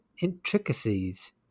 intricacies